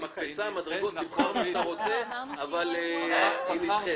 אבל היא נדחית.